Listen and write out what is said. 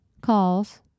calls